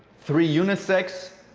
three unisex,